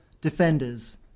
defenders